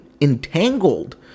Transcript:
entangled